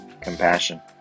compassion